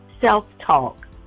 self-talk